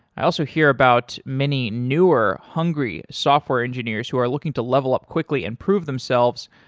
i also hear about many newer hunger yeah software engineers who are looking to level up quickly and prove themselves